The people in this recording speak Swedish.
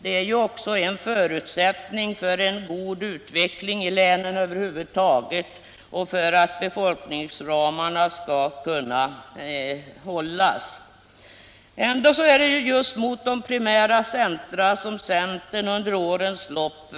Det är ju också en förutsättning för en god utveckling i länen över huvud taget och för att befolkningsramarna skall kunna hållas. Ändå är det just mot primära centra som centern under årens lopp